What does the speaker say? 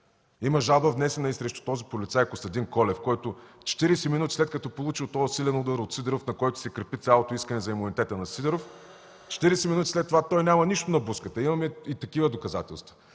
Има жалба, внесена и срещу този полицай Костадин Колев, който 40 минути, след като е получил този силен удар от Сидеров, на който се крепи цялото искане за имунитета на Сидеров, 40 минути след това той няма нищо на бузката. Имаме и такива доказателства,